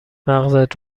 مغزت